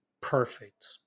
perfect